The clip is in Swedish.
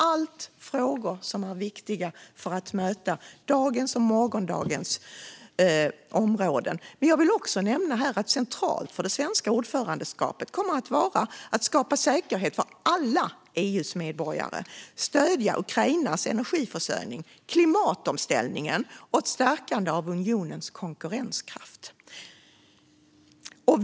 Det är frågor som är viktiga för att möta dagens och morgondagens områden. Centralt för det svenska ordförandeskapet kommer att vara att skapa säkerhet för alla EU:s medborgare och att stödja Ukrainas energiförsörjning. Det gäller även klimatomställningen och att stärka unionens konkurrenskraft.